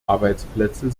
arbeitsplätze